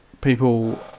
people